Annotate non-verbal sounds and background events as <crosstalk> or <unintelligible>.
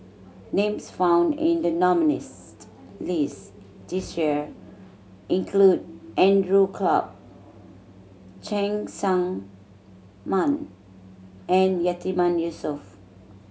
names found in the nominees' <unintelligible> list this year include Andrew Clarke Cheng Tsang Man and Yatiman Yusof